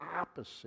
opposite